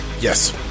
Yes